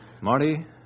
Marty